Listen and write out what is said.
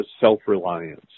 self-reliance